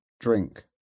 drink